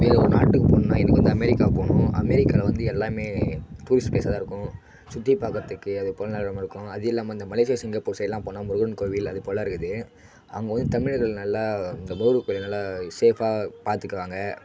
வேறொரு நாட்டுக்கு போகணுன்னா எனக்கு வந்து அமெரிக்கா போகணும் அமெரிக்காவில் வந்து எல்லாமே டூரிஸ்ட் ப்ளேஸாகதான் இருக்கும் சுற்றி பார்க்குறத்துக்கு அது போல் நல்லமாக இருக்கும் அது இல்லாமல் இந்த மலேசியா சிங்கப்பூர் சைடெலாம் போனால் முருகன் கோவில் அதுபோல் இருக்குது அங்கே வந்து தமிழர்கள் நல்லா இந்த முருகன் கோயிலெல்லாம் நல்லா சேஃபாக பார்த்துக்குவாங்க